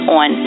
on